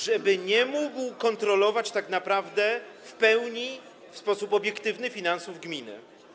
Żeby nie mógł kontrolować tak naprawdę w pełni, w sposób obiektywny finansów gminy.